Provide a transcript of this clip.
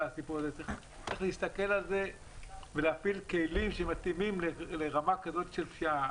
צריך להסתכל על זה ולהפעיל כלים שמתאימים לרמה כזאת של פשיעה.